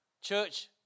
Church